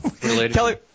Kelly